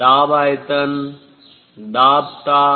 दाब आयतन दाब ताप